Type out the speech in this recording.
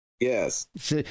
Yes